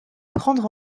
prendre